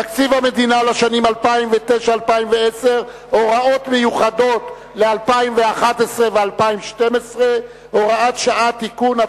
תקציב המדינה לשנים 2009 ו-2010 (הוראות מיוחדות) (הוראת שעה) (תיקון).